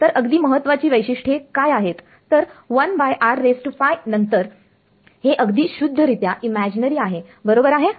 तर अगदी महत्वाची वैशिष्ट्ये काय आहेत तर नंतर हे अगदी शुद्ध रित्या इमॅजिनरी आहे बरोबर आहे